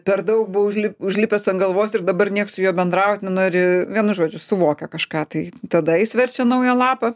per daug buvo užli užlipęs ant galvos ir dabar nieks su juo bendraut nenori vienu žodžiu suvokia kažką tai tada jis verčia naują lapą